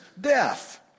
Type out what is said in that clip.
death